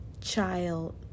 Child